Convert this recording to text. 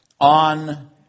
On